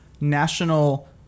National